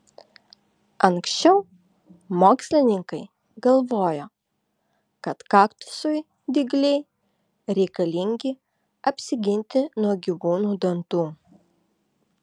anksčiau mokslininkai galvojo kad kaktusui dygliai reikalingi apsiginti nuo gyvūnų dantų